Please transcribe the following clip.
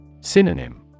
Synonym